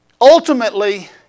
Ultimately